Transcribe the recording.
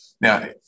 Now